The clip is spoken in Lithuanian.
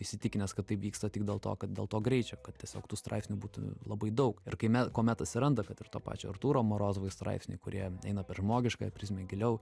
įsitikinęs kad taip vyksta tik dėl to kad dėl to greičio kad tiesiog tų straipsnių būtų labai daug ir kai me kuomet atsiranda kad ir to pačio artūro morozovo straipsniai kurie eina per žmogiškąją prizmę giliau